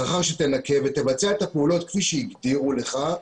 לאחר שתנקה ותבצע את הפעולות כפי שהגדירו לך,